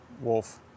wolf